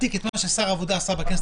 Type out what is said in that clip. היינו להעתיק את מה ששר העבודה עשה בכנסת